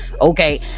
okay